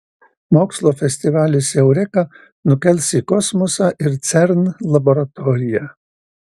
mokslo festivalis eureka nukels į kosmosą ir cern laboratoriją